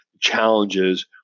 challenges